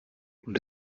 und